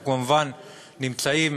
אנחנו כמובן נמצאים